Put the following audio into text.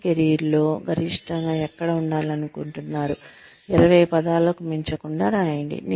మీరు మీ కెరీర్లో గరిష్టంగా ఏక్కడ ఉండాలనుకుంటున్నారు 20 పదాలకు మించకుండా రాయండి